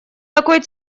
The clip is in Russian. такой